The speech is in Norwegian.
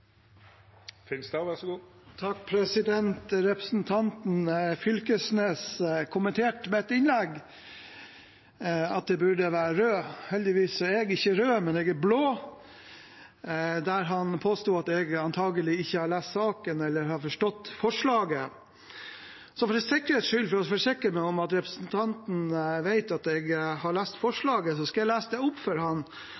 Representanten Knag Fylkesnes kommenterte om mitt innlegg at jeg burde være rød – heldigvis er jeg ikke rød, jeg er blå – og han påsto at jeg antagelig ikke har lest saken eller forstått forslaget. Så for sikkerhets skyld, for å forsikre meg om at representanten vet at jeg har lest